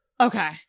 Okay